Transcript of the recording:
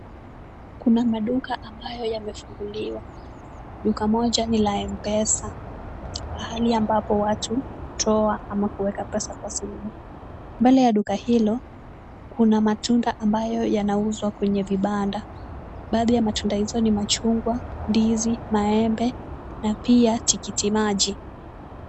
Kuna maduka ambayo yamefunguliwa. Duka moja ni la M-Pesa pahali ambapo watu hutoa ama kuweka pesa kwa simu. Mbele ya duka hilo kuna matunda ambayo yanauzwa kwenye vibanda. Baadhi ya matunda hizo ni machungwa, ndizi, maembe na pia tikiti maji.